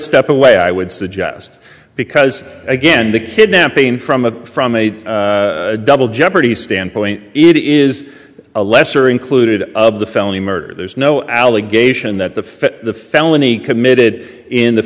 step away i would suggest because again the kidnapping from a from a double jeopardy standpoint it is a lesser included of the felony murder there's no allegation that the fit the felony committed in the